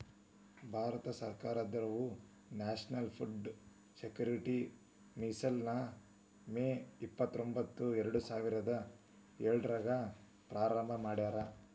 ಭಾರತ ಸರ್ಕಾರದವ್ರು national food security mission ನ May ಇಪ್ಪತ್ರೊಂಬತ್ತು ಎರಡುಸಾವಿರದ ಏಳ್ರಾಗ ಪ್ರಾರಂಭ ಮಾಡ್ಯಾರ